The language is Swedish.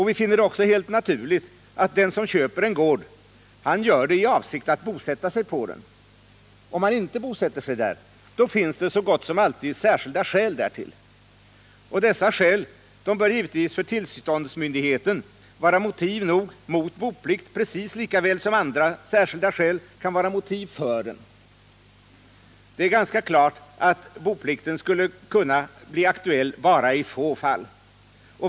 Vi finner det också helt naturligt att den som köper en gård gör det i avsikt att bosätta sig på den. Om han inte bosätter sig på gården, finns det så gott som alltid särskilda skäl därtill. Dessa skäl bör givetvis för tillståndsmyndigheten vara motiv nog mot boplikt precis som andra särskilda skäl kan vara motiv för boplikt. Det är ganska klart att boplikten skulle kunna bli aktuell bara i få fall.